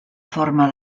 forma